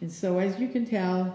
and so as you can tell